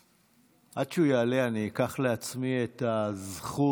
עד שהוא יעלה אני אקח לעצמי את הזכות.